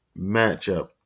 matchup